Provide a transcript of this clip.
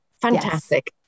Fantastic